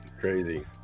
crazy